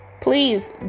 Please